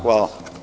Hvala.